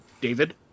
David